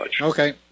Okay